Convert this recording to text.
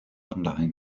online